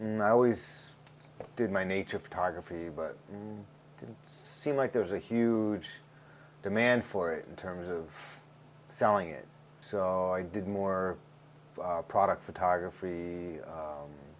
and i always did my nature photography but didn't seem like there was a huge demand for it in terms of selling it so i did more product photography